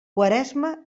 quaresma